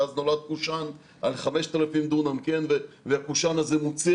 אז נולד קושאן על 5,000 דונם והקושאן הזה מוציא